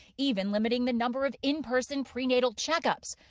even limiting the number of in-person prenatal checkups.